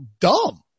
dumb